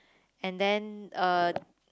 and then uh